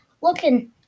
looking